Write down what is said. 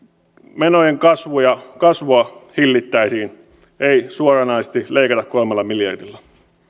menojen kasvua hillittäisiin ei suoranaisesti leikata kolmella miljardilla